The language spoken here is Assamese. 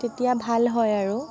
তেতিয়া ভাল হয় আৰু